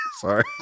Sorry